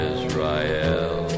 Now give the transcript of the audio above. Israel